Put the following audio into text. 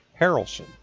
Harrelson